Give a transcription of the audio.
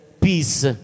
peace